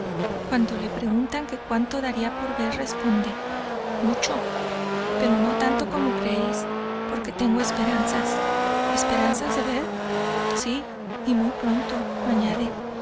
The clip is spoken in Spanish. cuando le preguntan que cuánto daría por ver responde mucho pero no tanto como creéis porque tengo esperanzas esperanzas de ver sí y muy pronto añade